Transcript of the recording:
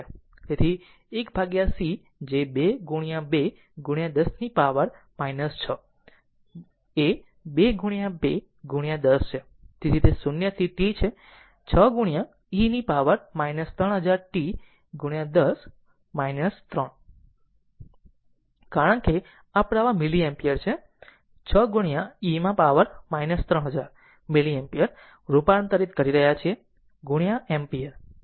તેથી 1 c જે 2 2 10 ની પાવર 6 ની 2 2 10 છે તે 0 થી t છે 6 e 3000 t 10 3 કારણ કે આ પ્રવાહ મિલી એમ્પીયર 6 e માં પાવર 3000 મિલી એમ્પીયર રૂપાંતરિત કરી રહ્યા છે એમ્પીયર